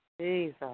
Jesus